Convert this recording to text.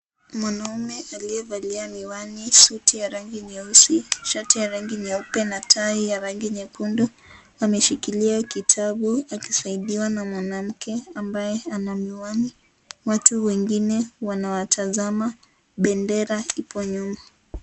Mwanaume aliyevalia miwani, suti ya rangi nyeusi shati ya rangi nyeupe na tai ya rangi nyekundu ameshikilia kitabu akisaidiwa na mwanamke ambaye ana miwani watu wengine wanawatazama bendera ipo nyuma.